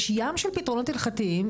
יש ים של פתרונות הלכתיים,